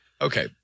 Okay